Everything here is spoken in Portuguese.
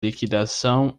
liquidação